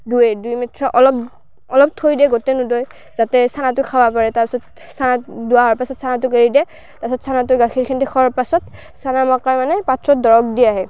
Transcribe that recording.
দুৱে দুই মাত্ৰ অলপ অলপ থৈ দিয়ে গোটেই নুদই যাতে চানাটো খাব পাৰে তাৰ পাছত চানা দুওৱা হোৱাৰ পাছত চানাটোক এৰি দিয়ে তাৰ পাছত চানাটোৱে গাখীৰখিনি খোৱাৰ পাছত চানাৰ মাকৰ মানে পথাৰত দৰব দি আহে